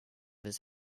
his